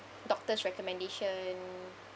doctors' recommendation